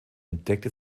entdeckte